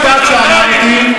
חבר הכנסת מוזס, נא לשבת.